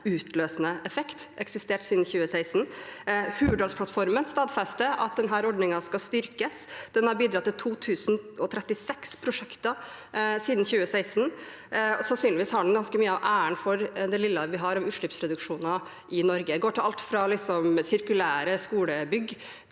utløsende effekt. Hurdalsplattformen stadfester at denne ordningen skal styrkes. Den har bidratt til 2 036 prosjekter siden 2016. Sannsynligvis skal den ha ganske mye av æren for det lille vi har av utslippsreduksjoner i Norge. Det går til alt fra sirkulære skolebygg